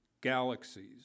galaxies